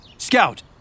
Scout